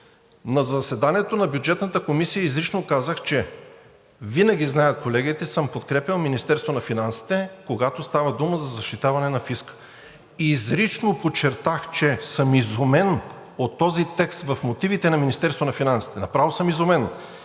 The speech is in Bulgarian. На заседанието на Бюджетната комисия изрично казах – колегите знаят, винаги съм подкрепял Министерството на финансите, когато става дума за защитаване на фиска, изрично подчертах, че съм изумен от този текст в мотивите на Министерството на финансите – направо съм изумен,